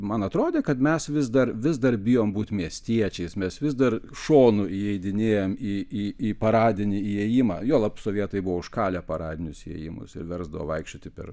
man atrodė kad mes vis dar vis dar bijom būt miestiečiais mes vis dar šonu įeidinėjam į į į paradinį įėjimą juolab sovietai buvo užkalę paradinius įėjimus ir versdavo vaikščioti per